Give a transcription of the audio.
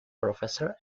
professor